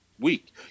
week